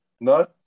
No